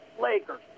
Lakers